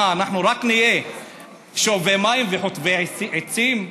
מה, אנחנו רק נהיה שואבי מים וחוטבי עצים?